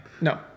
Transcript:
no